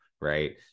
right